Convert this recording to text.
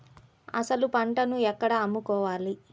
అసలు పంటను ఎక్కడ అమ్ముకోవాలి?